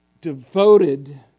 devoted